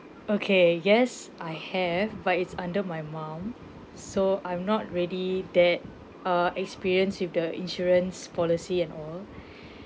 okay yes I have but it's under my mum so I'm not ready that uh experience with the insurance policy and all